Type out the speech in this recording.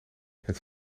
het